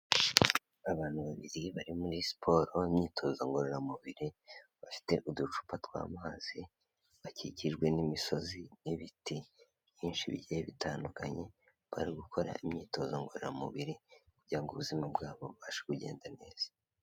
Abantu babiri bari muri siporo imyitozo ngororamubiri, bafite uducupa tw'amazi, bakikijwe n'imisozi n'ibiti byinshi bigiye bitandukanye, bari gukora imyitozo ngororamubiri kugira ngo ubuzima bwabo bubashe kugenda neza.